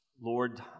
Lord